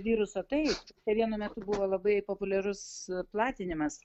viruso tai tai vienu metu buvo labai populiarus platinimas